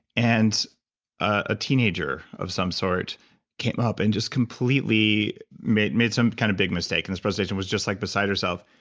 and a teenager of some sort came up and just completely made made some kind of big mistake in this presentation, was just like beside herself,